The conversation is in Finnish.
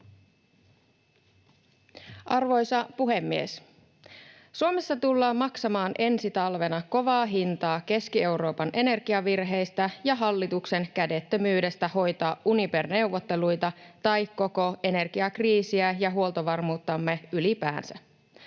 Arvoisa puhemies! Suomessa tullaan maksamaan ensi talvena kovaa hintaa Keski-Euroopan energiavirheistä ja hallituksen kädettömyydestä hoitaa Uniper-neuvotteluita tai koko energiakriisiä ja huoltovarmuuttamme ylipäänsä.